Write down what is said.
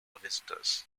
visitors